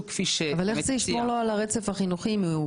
אבל איך זה ישמור לו על הרצף החינוכי אם הוא